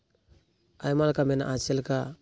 ᱟᱭᱢᱟ ᱞᱮᱠᱟ ᱢᱮᱱᱟᱜᱼᱟ ᱡᱮᱞᱮᱠᱟ